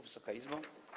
Wysoka Izbo!